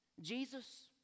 Jesus